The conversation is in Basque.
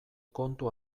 kontu